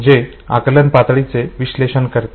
जे आकलन पातळीचे विश्लेषण करते